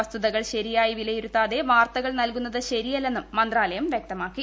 വസ്തുതകൾ ശരിയായി വിലയിരുത്താതെ വാർത്തകൾ നൽകുന്നത് ശരിയല്ലെന്ന് മന്ത്രാലയം വ്യക്തമാക്കി